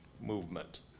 Movement